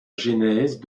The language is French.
genèse